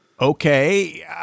Okay